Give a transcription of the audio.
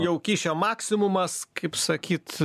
jau kyšio maksimumas kaip sakyt